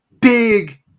big